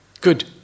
Good